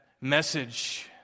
message